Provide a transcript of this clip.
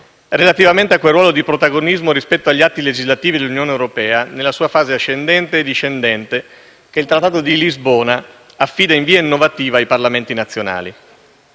del Parlamento, quel ruolo di protagonismo rispetto agli atti legislativi dell'Unione europea, nella sua fase ascendente e discendente, che il Trattato di Lisbona affida, in via innovativa, ai Parlamenti nazionali.